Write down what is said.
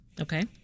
Okay